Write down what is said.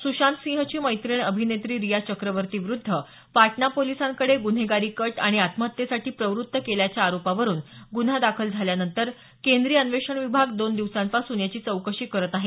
सुशांतसिंहची मैत्रीण अभिनेत्री रिया चक्रवर्तीविरुद्ध पाटणा पोलिसांकडे गुन्हेगारी कट आणि आत्महत्येसाठी प्रवृत्त केल्याच्या आरोपावरून गुन्हा दाखल झाल्यानंतर केंद्रीय अन्वेषण विभाग दोन दिवसांपासून याची चौकशी करत आहे